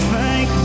Thank